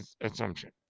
assumption